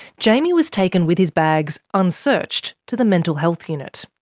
jaimie was taken with his bags, unsearched, to the mental health unit.